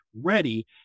ready